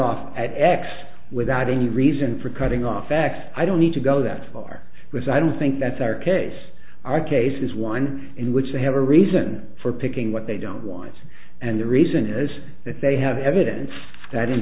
off at x without any reason for cutting off facts i don't need to go that far with i don't think that's our case our case is one in which they have a reason for picking what they don't want and the reason is that they have evidence that in